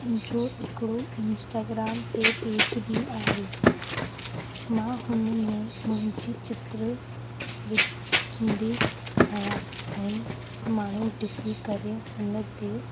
मुंहिंजो हिकिड़ो इंस्टाग्राम ते पेज बि आहे मां हुन में मुंहिंजी चित्र विझंदी आहियां ऐं माण्हू ॾिसी करे हुन ते